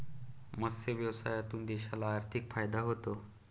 मत्स्य व्यवसायातून देशाला आर्थिक फायदा होतो